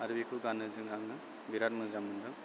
आरो बिखौ गाननो आङो बिराद मोजां मोनदों